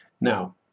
Now